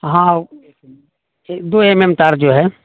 ہاں ہاں دو ایم ایم تار جو ہے